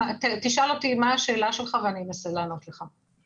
תשאל אותי מה השאלה שלך ואני אנסה לענות לך.